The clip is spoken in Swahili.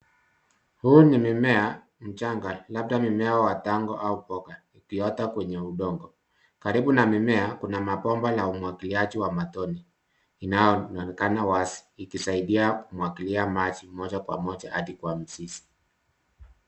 Huu ni mimea mchanga, labda mmea wa tango au mboga, ukiota kwenye udongo. Karibu na mimea, kuna mabomba la umwagiliaji wa matone, inayoonekana wazi, ikisaidia kumwagilia maji moja kwa moja hadi kwa mzizi.